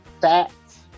facts